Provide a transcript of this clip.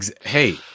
Hey